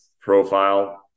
profile